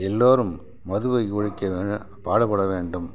எல்லோரும் மதுவை ஒழிக்கணும்னு பாடுபட வேண்டும்